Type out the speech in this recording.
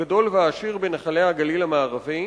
הגדול והעשיר בנחלי הגליל המערבי,